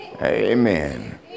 Amen